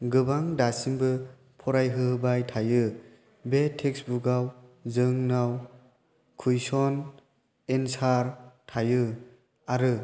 गोबां दासिमबो फरायहोबाय थायो बे टेक्स्त बुकआव जोंनाव कुइशन एनसार थायो आरो